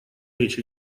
речь